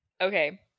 Okay